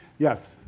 yes?